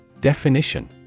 Definition